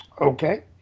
Okay